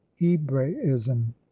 hebraism